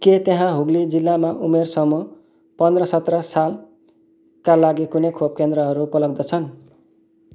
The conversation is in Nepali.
के त्यहाँ हुगली जिल्लामा उमेर समूह पन्ध्र सत्र सालका लागि कुनै खोप केन्द्रहरू उपलब्ध छन्